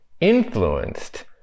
influenced